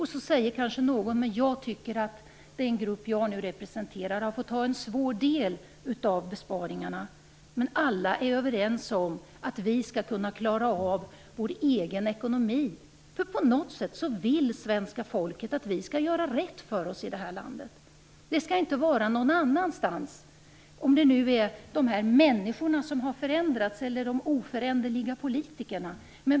Någon kanske säger: Jag tycker att den grupp som jag representerar har fått ta en svår del av besparingarna. Men alla är överens om att vi skall klara av vår egen ekonomi, för på något sätt vill svenska folket att vi skall göra rätt för oss i det här landet. Besluten om hur våra budgetmedel skall fördelas skall inte fattas någon annanstans än här, om de nu fattas av de där "människorna" som har förändrats eller av de oföränderliga politikerna.